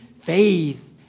faith